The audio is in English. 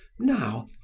now,